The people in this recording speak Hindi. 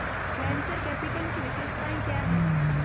वेन्चर कैपिटल की विशेषताएं क्या हैं?